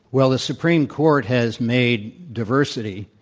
well, the supreme court has made diversity,